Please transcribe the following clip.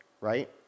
Right